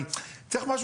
אבל צריך משהו,